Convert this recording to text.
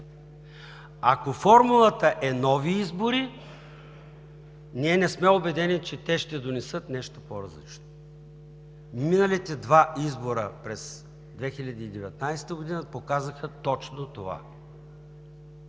Ако формулата е нови избори, ние не сме убедени, че те ще донесат нещо по-различно. Миналите два избора през 2019 г. показаха точно това,